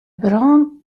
brân